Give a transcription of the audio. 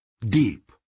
Deep